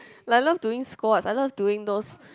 like I love doing squats I love doing those